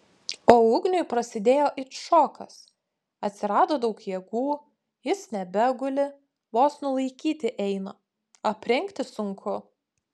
o ugniui prasidėjo it šokas atsirado daug jėgų jis nebeguli vos nulaikyti eina aprengti sunku